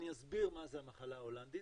אני אסביר מה זה המחלה ההולנדית,